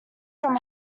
from